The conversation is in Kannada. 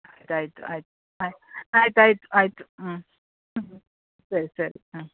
ಆಯ್ತು ಆಯ್ತು ಆಯ್ತು ಆಯ್ತು ಆಯ್ತು ಆಯ್ತು ಆಯ್ತು ಹ್ಞೂ ಹ್ಞೂ ಸರಿ ಸರಿ ಹಾಂ